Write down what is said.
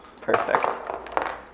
Perfect